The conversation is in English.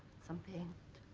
some paint